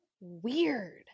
weird